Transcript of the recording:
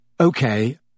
Okay